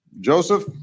Joseph